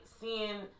seeing